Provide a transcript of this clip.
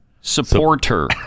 supporter